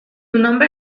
nombre